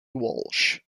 walsh